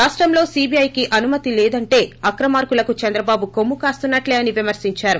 రాష్టంలో సీబీఐకి అనుమతి లేదంటే అక్రమార్కులకు చంద్రబాబు కొమ్ముకాస్తున్నట్టే అని ేవిమర్శించారు